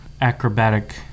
acrobatic